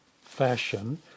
fashion